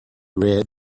read